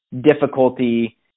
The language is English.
difficulty